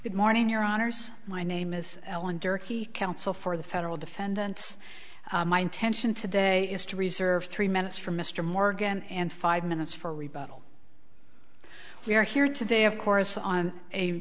good morning your honors my name is ellen durkee counsel for the federal defendants my intention today is to reserve three minutes for mr morgan and five minutes for rebuttal we are here today of course on a